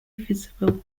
visible